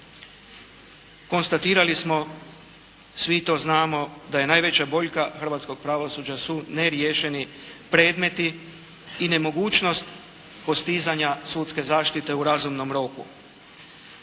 Konstatirali smo svi to znamo da je najveća boljka hrvatskog pravosuđa su neriješeni predmeti i nemogućnost postizanja sudske zaštite u razumnom roku.